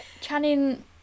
channing